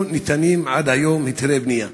לא ניתנים עד היום היתרי בנייה,